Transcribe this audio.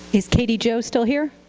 is katie jo still here?